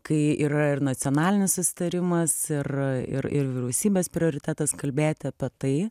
kai yra ir nacionalinis susitarimas ir ir ir vyriausybės prioritetas kalbėti apie tai